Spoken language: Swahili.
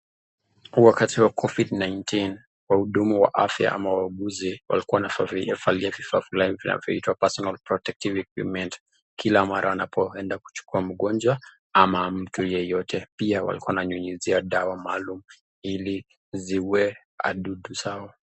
Wakati wa [Covid-19] wahudumu wa afya ama wauguzi walikuwa wanavalia vifaa fulani vitaitwa [personal protective equipments] kila mara wanapoenda kuchukua mgonjwa ama mtu yeyote. Pia walikuwa wananyunyizia dawa maalum ili ziue wadudu hao.